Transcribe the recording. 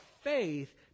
faith